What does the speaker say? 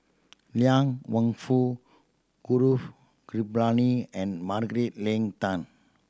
Liang Wenfu Gaurav Kripalani and Margaret Leng Tan